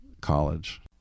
college